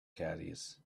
caddies